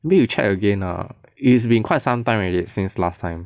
maybe you check again err it's been quite some time already since last time